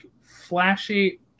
flashy